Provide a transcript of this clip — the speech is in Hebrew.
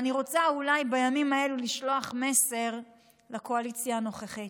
אני רוצה אולי בימים האלה לשלוח מסר לקואליציה הנוכחית.